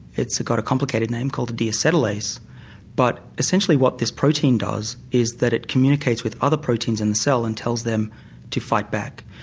it's got a complicated name called the deactylates but essentially what this protein does is that it communicates with other proteins in the cell and tells them to fight back.